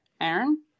Aaron